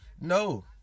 no